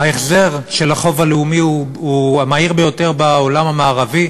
ההחזר של החוב הלאומי הוא המהיר ביותר בעולם המערבי,